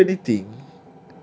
can you don't do anything